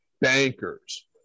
bankers